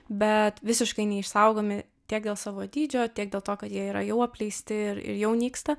bet visiškai neišsaugomi tiek dėl savo dydžio tiek dėl to kad jie yra jau apleisti ir ir jau nyksta